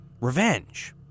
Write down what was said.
revenge